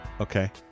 Okay